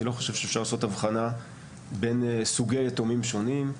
אני לא חושב שאפשר לעשות הבחנה בין סוגי יתומים שונים.